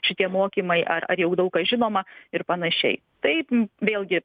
šitie mokymai ar ar jau daug kas žinoma ir panašiai taip vėlgi